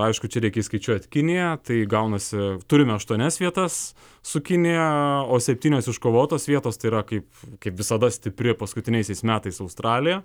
aišku čia reikia įskaičiuoti kiniją tai gaunasi turime aštuonias vietas su kinija o septynios iškovotos vietos tai yra kaip kaip visada stipri paskutiniaisiais metais australija